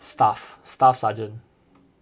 staff staff seargent